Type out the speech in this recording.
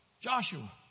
Joshua